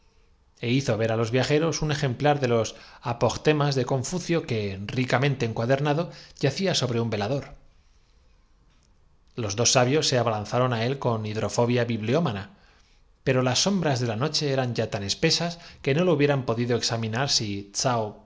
é hizo ver á los viajeros un ejemplar de los apoteg po coloca la pólvora mas de confucio que ricamente encuadernado yacía entre los descubri sobre un velador mientos del siglo se los dos sabios se abalanzaron á él con hidrofobia gundo anterior á jesu bibliómana pero las sombras de la noche eran ya tan cristo espesas que no lo hubieran podido examinar si tsao